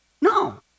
No